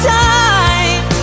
time